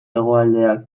hegoaldeak